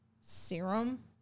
serum